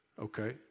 okay